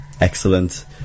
excellent